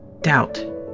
Doubt